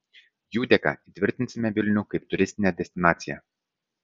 jų dėka įtvirtinsime vilnių kaip turistinę destinaciją